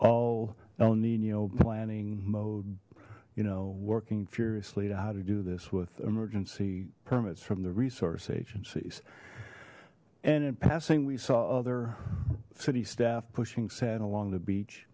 all el nino planning mode you know working furiously to how to do this with emergency permits from the resource agencies and in passing we saw other city staff pushing san along the beach